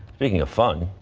speaking of fun.